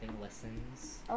listens